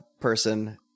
person